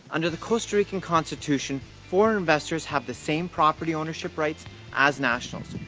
under the costa rican constitution foreign investors have the same property ownership rights as nationals.